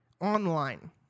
online